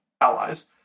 allies